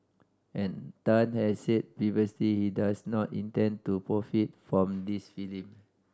and Tan has said previously he does not intend to profit from this film